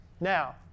Now